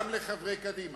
גם לחברי קדימה,